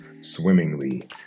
swimmingly